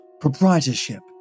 proprietorship